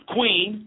Queen